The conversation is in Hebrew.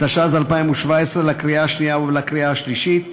התשע"ז 2017, לקריאה שנייה ולקריאה שלישית.